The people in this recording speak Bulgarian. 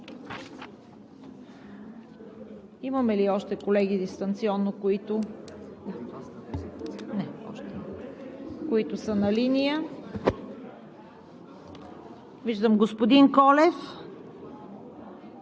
Имаме ли още колеги дистанционно, които са на линия? Господин Колев?